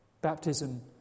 Baptism